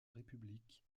république